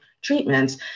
treatments